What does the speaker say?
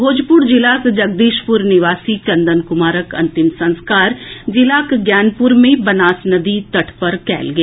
भोजपुर जिलाक जगदीशपुर निवासी चंदन कुमारक अंतिम संस्कार जिलाक ज्ञानपुर मे बनास नदी तट पर कएल गेल